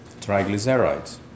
triglycerides